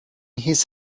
his